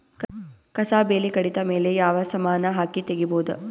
ಕಸಾ ಬೇಲಿ ಕಡಿತ ಮೇಲೆ ಯಾವ ಸಮಾನ ಹಾಕಿ ತಗಿಬೊದ?